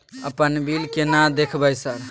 अपन बिल केना देखबय सर?